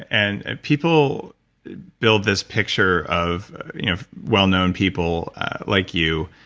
and people build this picture of well-known people like you,